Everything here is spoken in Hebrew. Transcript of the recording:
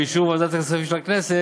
באישור ועדת הכספים של הכנסת,